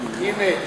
הנה,